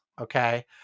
Okay